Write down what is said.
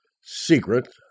secret